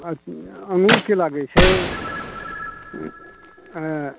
अथी अङ्गूरके लागै छै